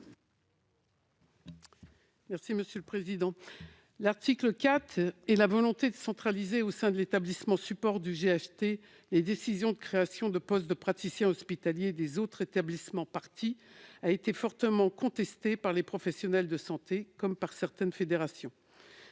Poncet Monge. L'article 4, animé par la volonté de centraliser au sein de l'établissement support du GHT les décisions de créations de postes de praticiens hospitaliers des autres établissements parties, a été fortement contesté par les professionnels de santé et par certaines fédérations.